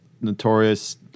notorious